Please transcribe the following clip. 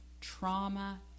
trauma